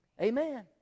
Amen